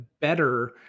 better